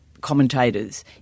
commentators